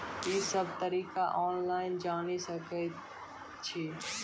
ई सब तरीका ऑनलाइन जानि सकैत छी?